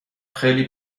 خیلی